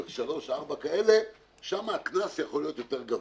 שם הקנס יכול להיות יותר גבוה,